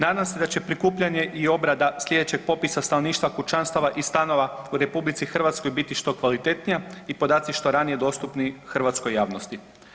Nadam se da će prikupljanje i obrada slijedećeg popisa stanovništva kućanstava i stanova u RH biti što kvalitetnija i podaci što ranije dostupni hrvatskoj javnosti.